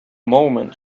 moment